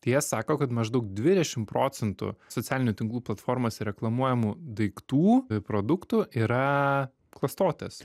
jie sako kad maždaug dvidešimt procentų socialinių tinklų platformose reklamuojamų daiktų produktų yra klastotės